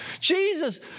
Jesus